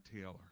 Taylor